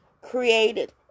created